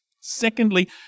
Secondly